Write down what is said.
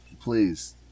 please